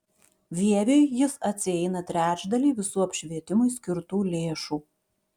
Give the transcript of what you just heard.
vieviui jis atsieina trečdalį visų apšvietimui skirtų lėšų